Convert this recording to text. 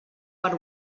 per